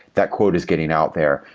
that quote is getting out there.